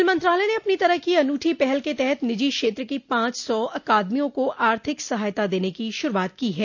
खेल मंत्रालय ने अपनी तरह की अनूठी पहल के तहत निजी क्षेत्र की पांच सौ अकादमियों को आर्थिक सहायता देने की शुरुआत की है